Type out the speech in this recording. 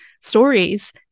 stories